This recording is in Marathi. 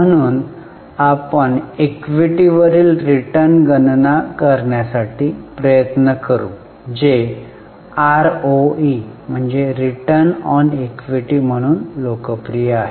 म्हणून आपण इक्विटीवरील रिटर्न गणना करण्यासाठी प्रयत्न करू जे आरओई म्हणून लोकप्रिय आहे